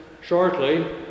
shortly